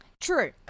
True